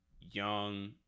young